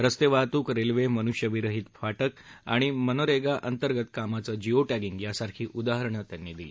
रस्ते वाहतूक रेल्वे मनुष्यविरहीत फाटक आणि मनोरेगा अंतर्गत कामांचं जीओ टॅगिंग यासारखी उदाहारणं त्यांनी दिली